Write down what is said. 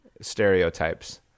stereotypes